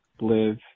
live